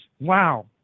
Wow